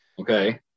Okay